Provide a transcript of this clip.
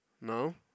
No